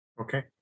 Okay